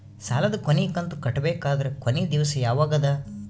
ಸಾಲದ ಕೊನಿ ಕಂತು ಕಟ್ಟಬೇಕಾದರ ಕೊನಿ ದಿವಸ ಯಾವಗದ?